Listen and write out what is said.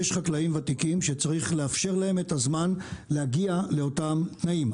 יש חקלאים ותיקים שצריך לאפשר להם את הזמן להגיע לאותם תנאים.